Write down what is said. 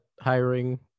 hiring